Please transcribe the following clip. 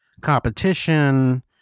competition